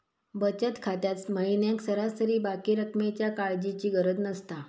बचत खात्यात महिन्याक सरासरी बाकी रक्कमेच्या काळजीची गरज नसता